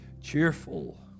cheerful